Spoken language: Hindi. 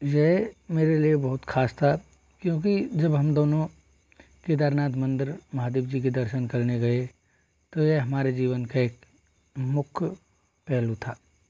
यह मेरे लिए बहुत खास था क्योंकि जब हम दोनों केदारनाथ मंदिर महादेव जी के दर्शन करने गए तो यह हमारे जीवन का एक मुख्य पहलू था